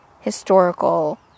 historical